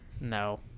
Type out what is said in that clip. no